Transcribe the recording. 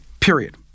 Period